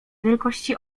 wielkości